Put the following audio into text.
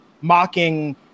mocking